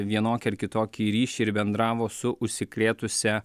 vienokį ar kitokį ryšį ir bendravo su užsikrėtusia